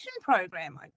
program